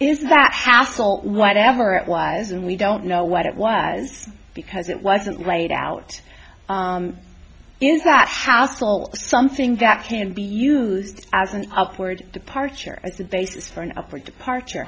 isn't that hassle whatever it was and we don't know what it was because it wasn't laid out in that house well something that can be used as an upward departure at the bases for an upward departure